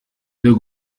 byo